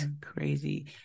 Crazy